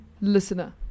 listener